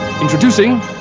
Introducing